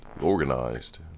organized